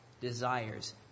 desires